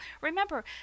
Remember